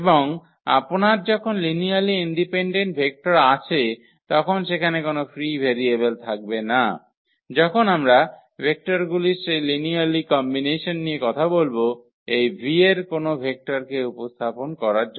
এবং আপনার যখন লিনিয়ারলি ইন্ডিপেন্ডেন্ট ভেক্টর আছে তখন সেখানে কোনও ফ্রি ভেরিয়েবল থাকবে না যখন আমরা ভেক্টরগুলির সেই লিনিয়ারলি কমম্বিনেশন নিয়ে কথা বলব এই 𝑉 এর কোনও ভেক্টরকে উপস্থাপন করার জন্য